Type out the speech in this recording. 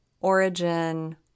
origin